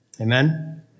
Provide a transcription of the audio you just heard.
Amen